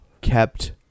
kept